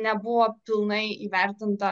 nebuvo pilnai įvertinta